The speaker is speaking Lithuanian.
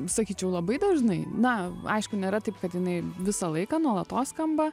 sakyčiau labai dažnai na aišku nėra taip kad jinai visą laiką nuolatos skamba